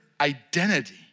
identity